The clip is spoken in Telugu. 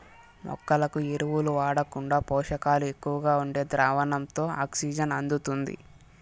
మొక్కలకు ఎరువులు వాడకుండా పోషకాలు ఎక్కువగా ఉండే ద్రావణంతో ఆక్సిజన్ అందుతుంది